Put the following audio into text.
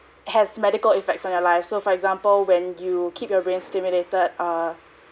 has medical effects on your life so for example when you keep your brain stimulated err